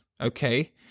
okay